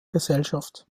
gesellschaft